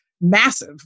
massive